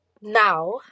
now